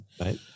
Right